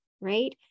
right